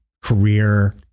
career